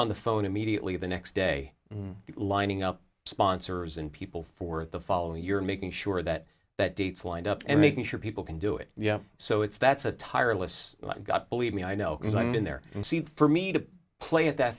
on the phone immediately the next day lining up sponsors and people for the following year making sure that that dates lined up and making sure people can do it yeah so it's that's a tireless i've got believe me i know because i'm in there and see for me to play at that